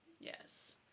Yes